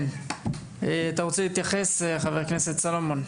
כן, אתה רוצה להתייחס, חבר הכנסת סולומון?